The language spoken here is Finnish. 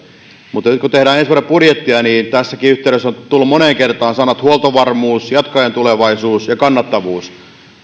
mutta nyt kun tehdään ensi vuoden budjettia tässäkin yhteydessä ovat tulleet moneen kertaan sanat huoltovarmuus jatkajan tulevaisuus ja kannattavuus